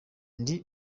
ndi